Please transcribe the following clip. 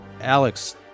Alex